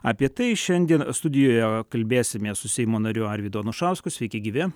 apie tai šiandien studijoje kalbėsimės su seimo nariu arvydu anušausku sveiki gyvi